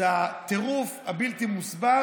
זה הטירוף הבלתי-מוסבר